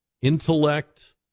intellect